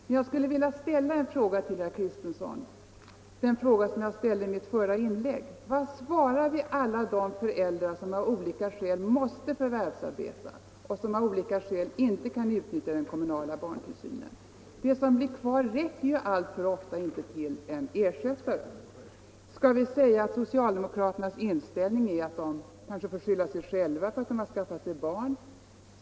Men jag skulle vilja ställa en fråga till herr Kristenson, den som jag ställde i mitt förra inlägg: Vad svarar vi alla de föräldrar som av olika skäl måste förvärvsarbeta och som av olika skäl inte kan utnyttja den kommunala barntillsynen? Det som blir kvar räcker ofta inte till en ersättare. Skall vi säga att socialdemokraternas inställning är att de kanske får skylla sig själva för att de skaffat sig barn?